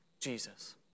Jesus